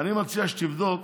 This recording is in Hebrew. אני מציע שתבדוק.